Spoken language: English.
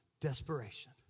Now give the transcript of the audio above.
Desperation